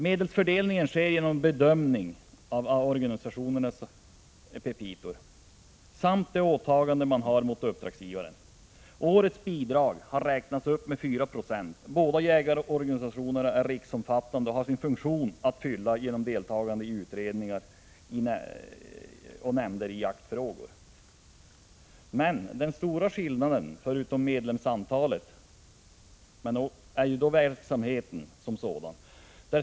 Medelsfördelningen sker genom bedömning av organisationernas petita samt av åtagandena gentemot uppdragsgivaren. Årets bidrag har räknats upp med 4 Z. Båda jägarorganisationerna är riksomfattande och har sin funktion att fylla genom deltagande i utredningar och nämnder som behandlar jaktfrågor. Men den stora skillnaden mellan organisationerna ligger förutom i medlemsantalet i verksamheten som sådan.